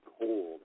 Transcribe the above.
cold